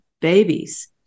babies